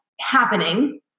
happening